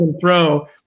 throw